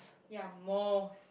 ya most